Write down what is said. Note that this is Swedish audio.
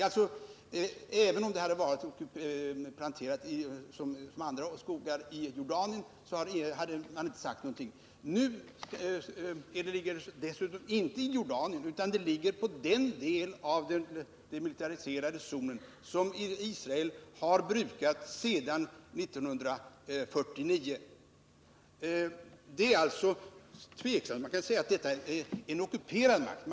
Om denna plantering hade skett på samma sätt som i fråga om andra skogar i Jordanien hade man inte sagt någonting. Den här planteringen ligger dessutom inte i Jordanien utan i den del av den demilitariserade zonen som Israel har brukat sedan 1949. Det är alltså tveksamt om man kan säga att Israel är en ockuperande makt.